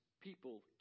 people